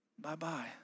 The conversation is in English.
bye-bye